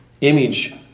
image